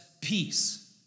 peace